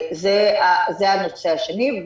זה הנושא השני.